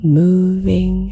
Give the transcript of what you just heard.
moving